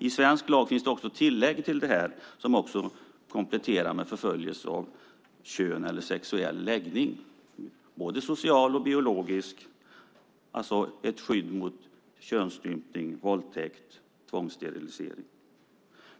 I svensk lag finns tillägg till det här som kompletterar med förföljelse på grund av kön eller sexuell läggning - både socialt och biologiskt, alltså ett skydd mot könsstympning, våldtäkt och tvångssterilisering.